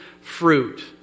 fruit